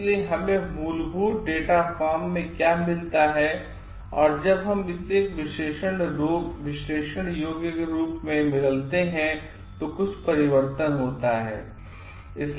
इसलिए हमें मूलभूत डेटा फॉर्म में क्या मिलता है और जब हम इसे एक विश्लेषण योग्य रूप में बदलते हैं तो कुछ परिवर्तन होता है